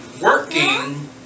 working